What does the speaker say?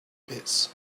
pits